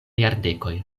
jardekoj